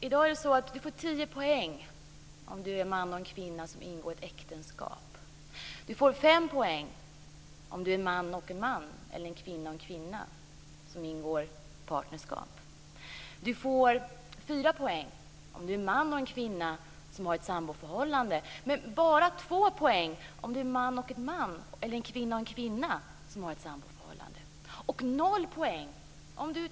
I dag får en man och en kvinna som ingår ett äktenskap tio poäng. En man och en man eller en kvinna och en kvinna som ingår partnerskap får fem poäng. En man och en kvinna som har ett samboförhållande får fyra poäng, men en man och en man eller en kvinna och en kvinna som har ett samboförhållande får bara två poäng.